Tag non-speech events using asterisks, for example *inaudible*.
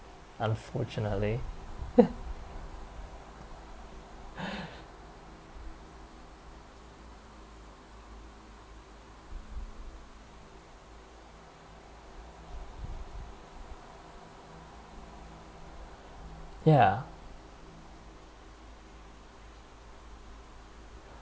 unfortunately *laughs* ya